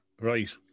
Right